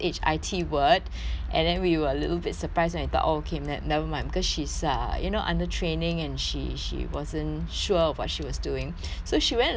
and then we were a little bit surprised then we thought oh okay ne~ never mind because she's uh you know under training and she she wasn't sure of what she was doing so she went along and checked and then she said